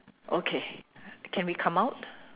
okay can we come out